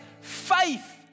faith